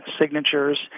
signatures